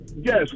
Yes